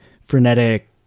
frenetic